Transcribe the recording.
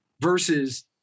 versus